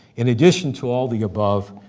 in addition to all the above,